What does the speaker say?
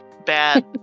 bad